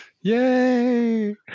yay